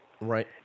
Right